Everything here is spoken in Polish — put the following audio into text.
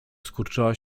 skurczyła